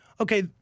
Okay